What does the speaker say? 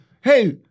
hey